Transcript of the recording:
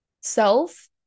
self